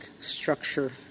structure